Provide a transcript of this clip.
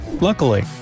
Luckily